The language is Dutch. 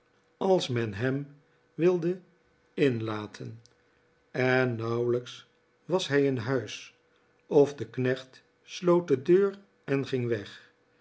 als men hem wilde inlaten en nauwelijks was hij in huis of de knecht sloot de deur en ging weg